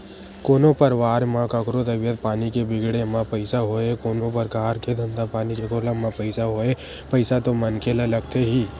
कोनो परवार म कखरो तबीयत पानी के बिगड़े म पइसा होय कोनो परकार के धंधा पानी के खोलब म पइसा होय पइसा तो मनखे ल लगथे ही